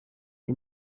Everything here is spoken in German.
sie